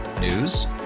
News